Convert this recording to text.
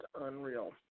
unreal